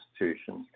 institutions